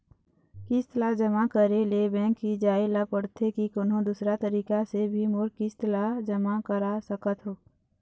किस्त ला जमा करे ले बैंक ही जाए ला पड़ते कि कोन्हो दूसरा तरीका से भी मोर किस्त ला जमा करा सकत हो?